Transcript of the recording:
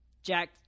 Jack